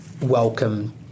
welcome